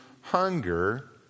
hunger